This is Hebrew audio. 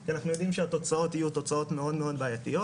כי אנחנו יודעים שהתוצאות יהיו תוצאות מאוד מאוד בעייתיות.